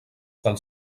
dels